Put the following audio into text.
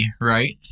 right